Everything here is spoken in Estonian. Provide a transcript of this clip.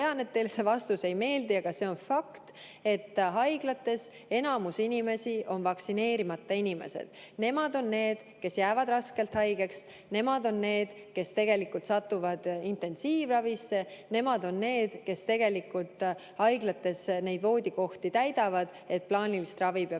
tean, et teile see vastus ei meeldi, aga on fakt, et haiglates enamus inimesi on vaktsineerimata. Nemad on need, kes jäävad raskelt haigeks, nemad on need, kes satuvad intensiivravisse, nemad on need, kes tegelikult haiglates voodikohti täidavad ja [kelle pärast] plaanilist ravi peab